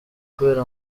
kubera